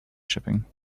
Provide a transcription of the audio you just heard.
shipping